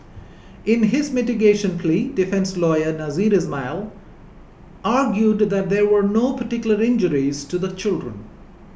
in his mitigation plea defence lawyer Nasser Ismail argued that there were no particular injuries to the children